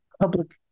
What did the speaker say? public